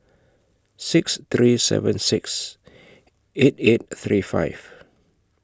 six three seven six eight eight three five